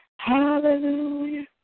Hallelujah